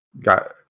got